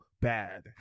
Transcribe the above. bad